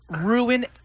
ruin